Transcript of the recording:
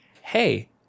hey